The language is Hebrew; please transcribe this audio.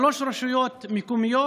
שלוש רשויות מקומיות,